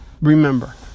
remember